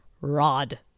rod